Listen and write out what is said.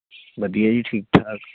ਵਧੀਆ ਜੀ ਠੀਕ ਠਾਕ